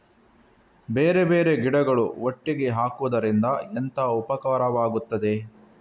ಬೇರೆ ಬೇರೆ ಗಿಡಗಳು ಒಟ್ಟಿಗೆ ಹಾಕುದರಿಂದ ಎಂತ ಉಪಕಾರವಾಗುತ್ತದೆ?